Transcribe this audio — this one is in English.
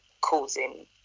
causing